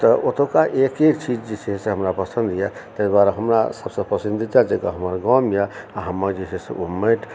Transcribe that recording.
त ओतुका एक एक चीज जे छै से हमरा पसन्द यऽ ताहि दुआरे हमरा सभसँ पसन्दीदा जगह हमर गामए आ हमर जे छै से ओ माटि